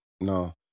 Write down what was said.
no